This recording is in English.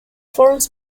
forms